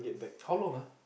how long ah